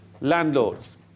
Landlords